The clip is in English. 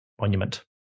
monument